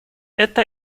это